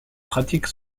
pratiques